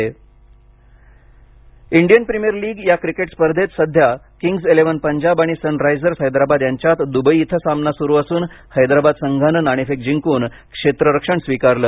I P L Indian Premier League या क्रिकेट स्पर्धेत सध्या किंग्ज इलेव्हन पंजाब आणि सनरायझर्स हैद्राबाद यांच्यात दुबई इथं सामना सुरु असून हैद्राबाद संघानं नाणेफेक जिंकून क्षेत्ररक्षण स्वीकारलं